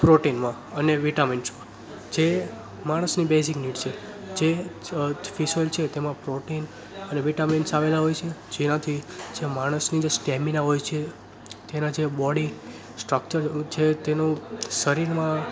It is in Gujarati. પ્રોટીનમાં અને વિટામિન્સમાં જે માણસની બેઝિક નીડ છે જે ફિશ ઓઈલ છે તેમાં પ્રોટીન અને વિટામિન્સ આવેલા હોય છે જેનાથી જે માણસની જે સ્ટેમીના હોય છે તેના જે બોડી સ્ટ્રક્ચર છે તેનું શરીરમાં